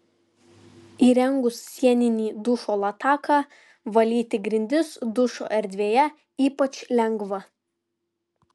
įrengus sieninį dušo lataką valyti grindis dušo erdvėje ypač lengva